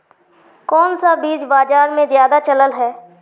कोन सा बीज बाजार में ज्यादा चलल है?